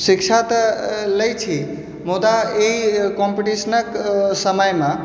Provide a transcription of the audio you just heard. शिक्षा तऽ लै छी मुदा ई कम्पिटीशनक समयमे